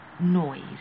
noise